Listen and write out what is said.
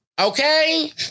Okay